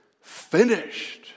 finished